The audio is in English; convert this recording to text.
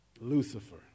Lucifer